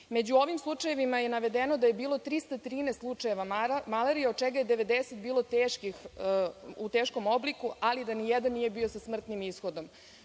ovim slučajevima je navedeno da je bilo 313 slučajeva malarije od čega je 90 bilo u teškom obliku, ali ni jedan nije bio sa smrtnim ishodom.